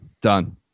Done